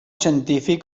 científic